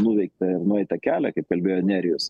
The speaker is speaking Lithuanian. nuveiktą ir nueitą kelią kaip kalbėjo nerijus